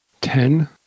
Ten